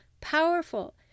powerful